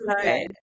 Okay